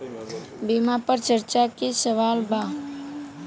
बीमा पर चर्चा के सवाल बा?